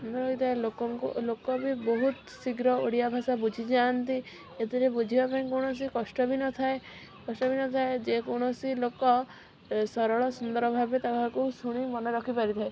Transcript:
ସୁନ୍ଦର ହୋଇଥାଏ ଲୋକଙ୍କୁ ଲୋକବି ବହୁତ ଶୀଘ୍ର ଓଡ଼ିଆ ଭାଷା ବୁଝିଯାଆନ୍ତି ଏଥିରେ ବୁଝିବା ପାଇଁ କୌଣସି କଷ୍ଟ ବି ନଥାଏ କଷ୍ଟ ବି ନଥାଏ ଯେ କୌଣସି ଲୋକ ସରଳ ସୁନ୍ଦର ଭାବେ ତାହାକୁ ଶୁଣି ମନେରଖି ପାରିଥାଏ